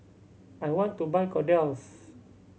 I want to buy Kordel's